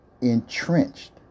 entrenched